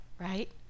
right